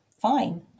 fine